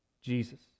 Jesus